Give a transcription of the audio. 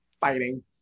fighting